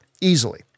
easily